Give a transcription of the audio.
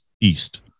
East